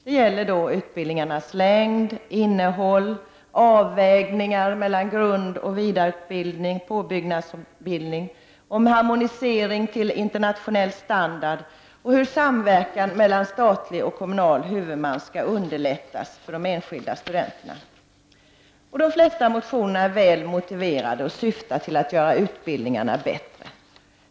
De gäller utbildningarnas längd, deras innehåll, avvägningar mellan grundoch vidareutbildning, påbyggnadsutbildning, harmonisering till internationell standard och hur samverkan mellan statlig och kommunal huvudman skall underlättas till fördel för de enskilda studenterna. De flesta motionerna är väl motiverade och syftar till att göra utbildningarna bättre.